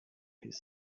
his